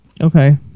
Okay